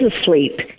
asleep